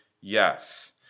yes